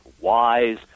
wise